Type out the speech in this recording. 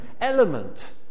element